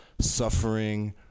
suffering